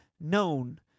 known